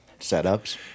setups